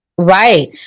Right